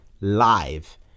live